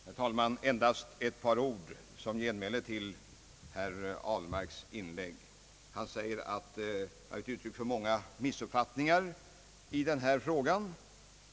Herr talman! Endast ett par ord som genmäle på herr Ahlmarks inlägg. Han sade att jag givit uttryck för många missuppfattningar i den här frågan.